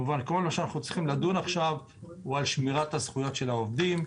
כל מה שאנחנו צריכים לדון בו עכשיו הוא על שמירת הזכויות של העובדים.